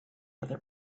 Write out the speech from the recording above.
other